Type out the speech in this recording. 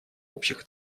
общих